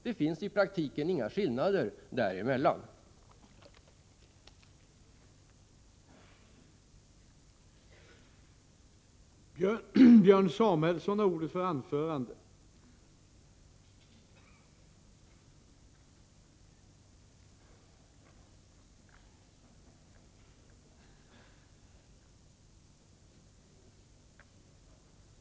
Det finns i praktiken inga skillnader mellan folkpartiet och majoriteten på denna punkt.